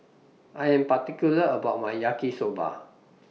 I Am particular about My Yaki Soba